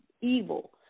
evil